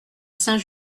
saint